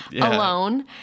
alone